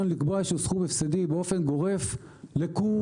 לקבוע שיש סכום הפסדי באופן גורף לכולם.